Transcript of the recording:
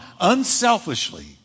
unselfishly